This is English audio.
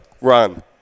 run